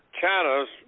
China's